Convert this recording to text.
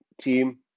team